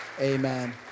Amen